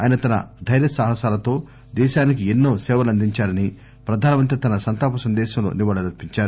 ఆయన తన దైర్య సాహసాలతో దేశానికి ఎన్నో సేవలందించారని ప్రధాని తన సంతాప సందేశంలో నివాళులర్పించారు